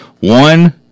one